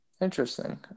Interesting